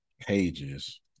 pages